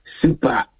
super